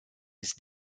ist